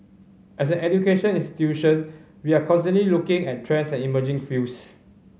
as an education institution we are constantly looking at trends and emerging fields